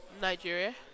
Nigeria